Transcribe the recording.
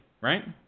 right